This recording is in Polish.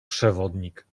przewodnik